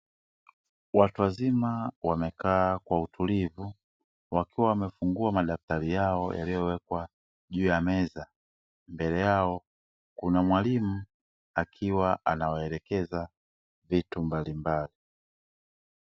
Watu wazima wamekaa kwa utulivu, wakiwa wamefungua madaftari yao yaliowekwa juu ya meza. Mbele yao kuna mwalimu akiwa anawaelekeza vitu mbalimbali.